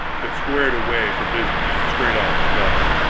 but squared away for business, straight-off thus